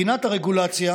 בחינת הרגולציה